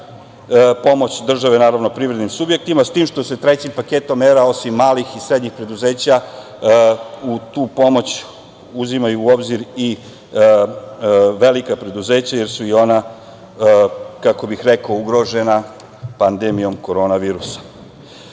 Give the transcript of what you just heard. Pomoć države privrednim subjektima, s tim što se trećim paketom mera, osim malih i srednjih preduzeća, u tu pomoć uzimaju u obzir i velika preduzeća, jer su i ona ugrožena pandemijom korona virusa.U